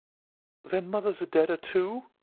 then mother's a deader too,